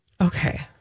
Okay